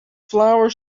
flower